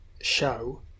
show